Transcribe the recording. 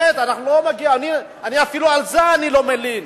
באמת, אפילו על זה אני לא מלין,